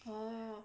oh